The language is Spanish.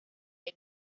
del